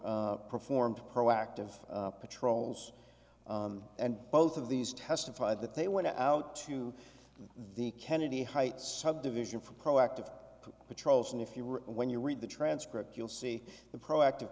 program performed proactive patrols and both of these testified that they went out to the kennedy heights subdivision for proactive patrols and if you were when you read the transcript you'll see the proactive